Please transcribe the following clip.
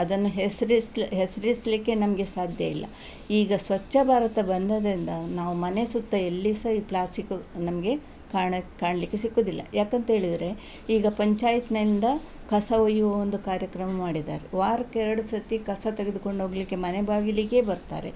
ಅದನ್ನು ಹೆಸ್ರಿಸ್ಲ ಹೆಸರಿಸ್ಲಿಕ್ಕೆ ನಮಗೆ ಸಾಧ್ಯ ಇಲ್ಲ ಈಗ ಸ್ವಚ್ಛ ಭಾರತ ಬಂದದ್ದ್ರಿಂದ ನಾವು ಮನೆ ಸುತ್ತ ಎಲ್ಲಿ ಸಹ ಈ ಪ್ಲಾಸ್ಟಿಕ್ ನಮಗೆ ಕಾಣ ಕಾಣಲಿಕ್ಕೆ ಸಿಕ್ಕೋದಿಲ್ಲ ಯಾಕೆಂತೇಳಿದ್ರೆ ಈಗ ಪಂಚಾಯತಿನಿಂದ ಕಸ ಒಯ್ಯುವ ಒಂದು ಕಾರ್ಯಕ್ರಮ ಮಾಡಿದ್ದಾರೆ ವಾರಕ್ಕೆ ಎರಡು ಸರ್ತಿ ಕಸ ತೆಗೆದುಕೊಂಡೋಗಲಿಕ್ಕೆ ಮನೆ ಬಾಗಿಲಿಗೆ ಬರ್ತಾರೆ